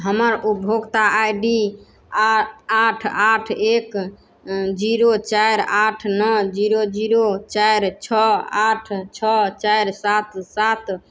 हमर उपभोक्ता I D आठ आठ एक जीरो चारि आठ नओ जीरो जीरो चारि छओ आठ छओ चारि सात सात